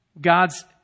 God's